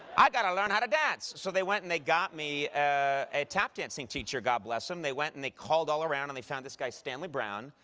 i got to learn how to dance! so they went and they got me a tap dancing teacher, god bless them. they went and they called all around, and they found this guy stanley brown,